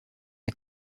est